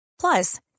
Plus